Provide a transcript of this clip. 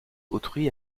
autrui